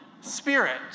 spirit